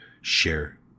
share